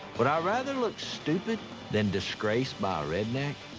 would i rather look stupid than disgraced by a redneck?